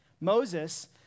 Moses